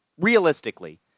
realistically